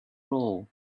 roll